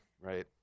right